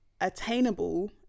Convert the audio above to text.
attainable